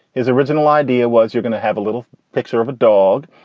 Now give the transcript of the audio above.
his original idea was you're going to have a little picture of a dog.